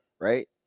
Right